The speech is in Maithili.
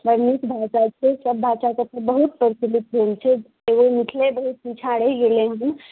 बड़ नीक भाषा छै सब भाषा सब तऽ बहुत प्रचलित भेल छै एगो मिथले बहुत पीछाँ रहि गेलै हँ